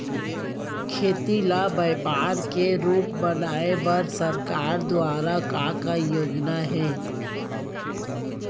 खेती ल व्यापार के रूप बनाये बर सरकार दुवारा का का योजना हे?